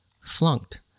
flunked